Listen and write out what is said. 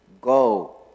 go